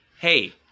hey